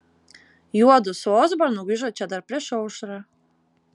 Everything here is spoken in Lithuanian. juodu su osbornu grįžo čia dar prieš aušrą